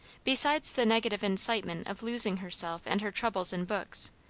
besides the negative incitement of losing herself and her troubles in books,